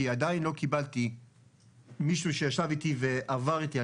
כי עדיין לא קיבלתי מישהו שישב איתי ועבר איתי,